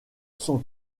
son